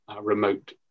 remote